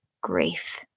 grief